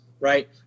Right